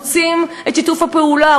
רוצים את שיתוף הפעולה,